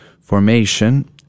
formation